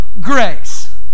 grace